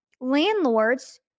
landlords